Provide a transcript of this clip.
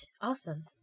Awesome